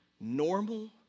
normal